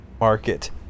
market